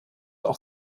auch